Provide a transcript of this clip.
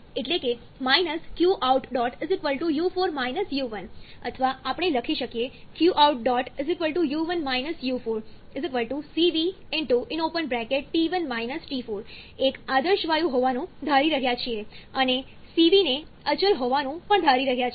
એટલે કે qout u4 u1 અથવા આપણે લખી શકીએ qout u1 u4 cv એક આદર્શ વાયુ હોવાનું ધારી રહ્યા છીએ અને સીવીને cv અચલ હોવાનું પણ ધારી રહ્યા છીએ